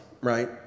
right